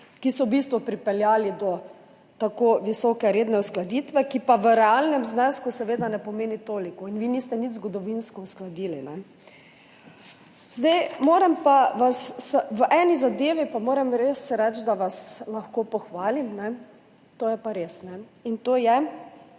bistvu pripeljali do tako visoke redne uskladitve, ki pa v realnem znesku seveda ne pomeni toliko. Vi niste nič zgodovinsko uskladili. V eni zadevi pa res moram reči, da vas lahko pohvalim, to je pri uzakonitvi